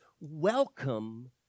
welcome